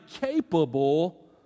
capable